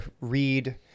read